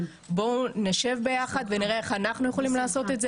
בואו נשב יחד ונראה איך אנחנו יכולים לעשות את זה